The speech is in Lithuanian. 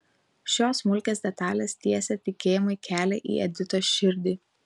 šios smulkios detalės tiesė tikėjimui kelią į editos širdį